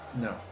No